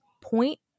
point